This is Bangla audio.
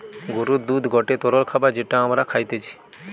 গরুর দুধ গটে তরল খাবার যেটা আমরা খাইতিছে